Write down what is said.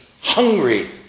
hungry